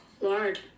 Lord